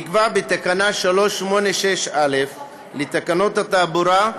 נקבע בתקנה 386א לתקנות התעבורה,